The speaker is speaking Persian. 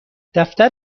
دفتر